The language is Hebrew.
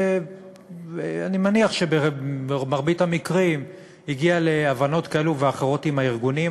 ואני מניח שבמרבית המקרים הגיעה להבנות כאלה ואחרות עם הארגונים,